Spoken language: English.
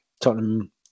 Tottenham